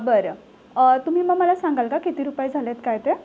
बरं तुम्ही मग मला सांगाल का किती रुपये झाले आहेत काय ते